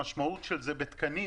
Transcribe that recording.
המשמעות של זה בתקנים